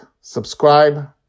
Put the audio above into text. subscribe